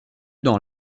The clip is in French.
dans